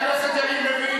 הליכוד, מה את רוצה?